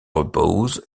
repose